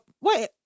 wait